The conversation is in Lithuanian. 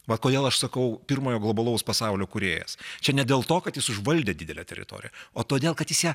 va kodėl aš sakau pirmojo globalaus pasaulio kūrėjas čia ne dėl to kad jis užvaldė didelę teritoriją o todėl kad jis ją